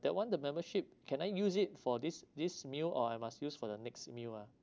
that one the membership can I use it for this this meal or I must use for the next meal ah